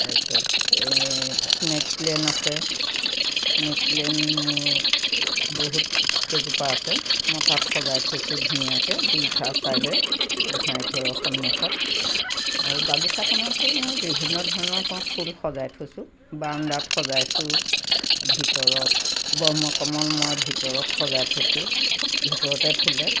তাৰপিছত snake plant আছে snake plant মোৰ বহুত কেইজোপা আছে মই তাত সজাই থৈছোঁ ধুনীয়াকৈ দুুয়োটা চাইদে গোসাঁই ঘৰৰ সন্মুখত আৰু বাগিচাখনতো মোৰ বিভিন্ন ধৰণৰ মই ফুল সজাই থৈছোঁ বাৰাণ্ডাত সজাইছোঁ ভিতৰত ব্ৰক্ষ্মকমল মই ভিতৰতে সজাই থৈছোঁ ভিতৰতে ফুলে